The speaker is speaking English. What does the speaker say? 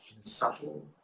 subtle